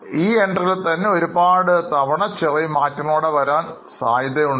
ഈ എൻട്രൻസ് തന്നെ ഒരുപാട് തവണ ചെറിയ മാറ്റങ്ങളോടെ വരുവാൻ സാധ്യതയുണ്ട്